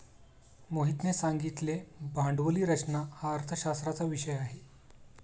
मोहितने सांगितले भांडवली रचना हा अर्थशास्त्राचा विषय आहे